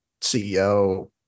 CEO